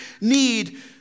need